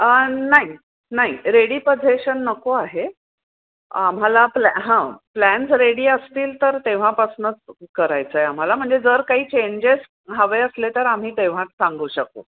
नाही नाही ready possession नको आहे आम्हाला प्लॅ हां प्लॅन्स रेडी असतील तर तेव्हापासनंच करायचं आहे आम्हाला म्हणजे जर काही चेंजेस हवे असले तर आम्ही तेव्हा सांगू शकू